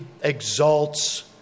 exalts